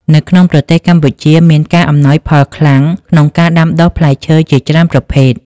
នៅក្នុងប្រទេសកម្ពុជាមានការ អំណោយផលខ្លាំង ក្នុងការដាំដុះផ្លែឈើជាច្រើនប្រភេទ។